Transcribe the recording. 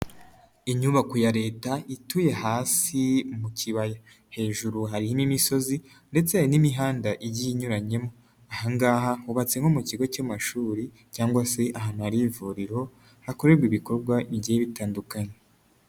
Inyubako ya leta ituye hasi mu kibaya, hejuru hari n'imisozi ndetse n'imihanda igiye inyuranyemo, aha ngaha hubatse nko mu kigo cy'amashuri cyangwa se ahantu hari ivuriro hakorerwa ibikorwa bigiye bitandukanye.